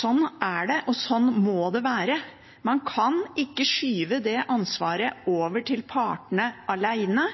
Sånn er det, og sånn må det være. Man kan ikke skyve det ansvaret over til partene alene.